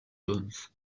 johns